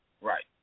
right